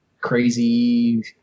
crazy